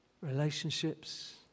Relationships